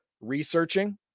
researching